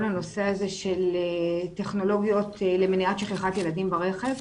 הנושא הזה של טכנולוגיות למניעת שכחת ילדים ברכב.